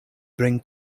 bring